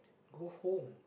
go home